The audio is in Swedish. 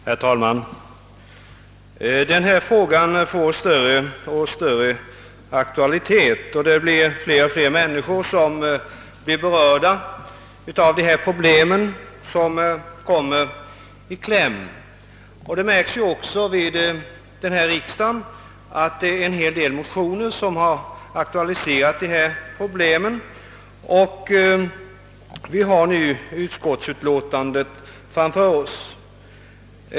Herr talman! Denna fråga får större och större aktualitet och allt fler av dem som berörs av den kommer i kläm. Vid denna riksdag har en hel del motioner väckts rörande ifrågavarande problem, och vi har nu utskottsutlåtandet framför oss.